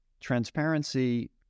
transparency